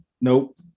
nope